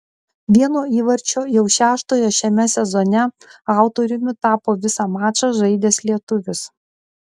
vieno įvarčio jau šeštojo šiame sezone autoriumi tapo visą mačą žaidęs lietuvis